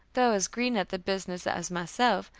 though as green at the business as myself,